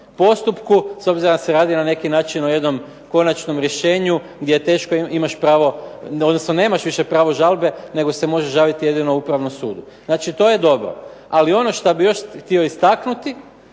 postupku, s obzirom da se radi na neki način o jednom konačnom rješenju gdje je teško, imaš pravo, odnosno nemaš više pravo žalbe nego se možeš žaliti jedino Upravnom sudu. Znači, to je dobro. Ali ono što bih htio još istaknuti